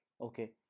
Okay